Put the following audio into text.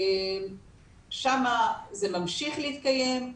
שם זה ממשיך להתקיים.